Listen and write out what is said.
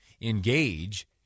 engage